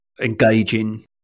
engaging